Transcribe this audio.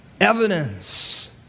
evidence